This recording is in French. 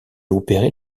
opérée